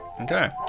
Okay